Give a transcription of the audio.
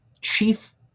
Chief